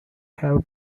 have